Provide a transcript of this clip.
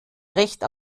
recht